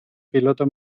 piloto